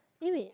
really